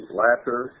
latter